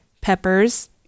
peppers